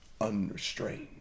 unrestrained